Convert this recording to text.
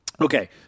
Okay